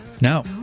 No